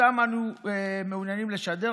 שאנו מעוניינים לשדר,